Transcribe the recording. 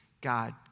God